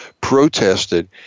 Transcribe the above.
protested